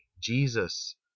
Jesus